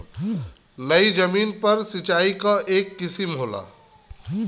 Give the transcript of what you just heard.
नयी जमीन पर सिंचाई क एक किसिम होला